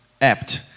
apt